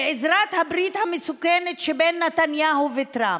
בעזרת הברית המסוכנת שבין נתניהו לטראמפ,